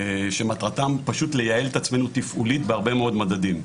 שמטרתם פשוט לייעל את עצמנו תפעולית בהרבה מאוד מדדים.